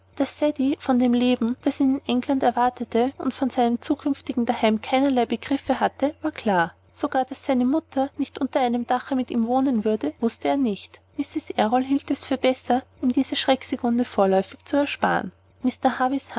von dem leben das ihn in england erwartete und von seinem künftigen daheim keinerlei begriff hatte war klar sogar daß seine mutter nicht unter einem dache mit ihm wohnen würde wußte er nicht mrs errol hielt es für besser ihm diese schreckenskunde vorläufig zu ersparen